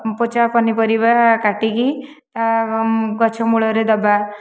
ପୋଚା ପନିପରିବା କାଟିକି ତା'ଗଛ ମୂଳରେ ଦେବା